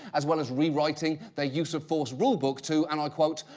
as well as rewriting the use of force rulebook to, and i quote,